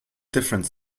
difference